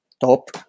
top